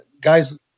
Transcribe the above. guys